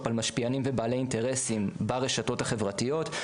על משפיענים ובעלי אינטרסים ברשתות החברתיות,